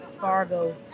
Fargo